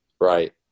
right